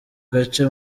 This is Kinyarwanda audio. gace